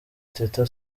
teta